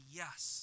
yes